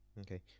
okay